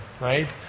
right